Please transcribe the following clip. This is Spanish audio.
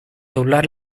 doblar